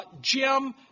Jim